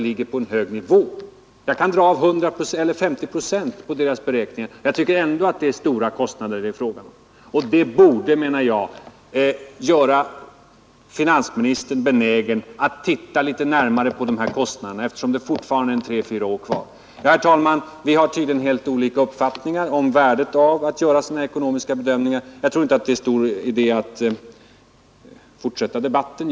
Även om man drar av 50 procent på beräkningarna, tycker jag att det är stora kostnader det är fråga om, och det borde göra finansministern benägen att se litet närmare på de här kostnaderna, eftersom det fortfarande är tre, fyra år kvar till själva flyttningen. Herr talman! Finansministern och jag har helt olika uppfattningar om värdet av att göra sådana ekonomiska bedömningar. Jag tror inte det är stor idé att fortsätta debatten.